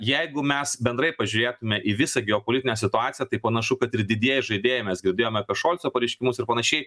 jeigu mes bendrai pažiūrėtume į visą geopolitinę situaciją tai panašu kad ir didieji žaidėjai mes girdėjome apie šolco pareiškimus ir panašiai